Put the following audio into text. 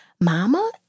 mama